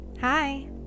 Hi